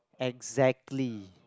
exactly